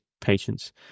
patients